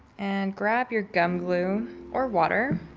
and grab your gum glue or water.